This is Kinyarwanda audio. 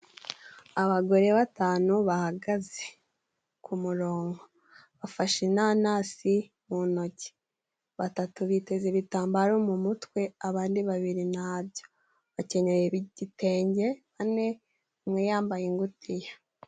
Abagore batanu bahagaze ku muronko bafashe inanasi mu noki ,batatu biteze ibitambaro mu mutwe abandi babiri nabyo, bakenyeye igitenge bane umwe yambaye ingutiya.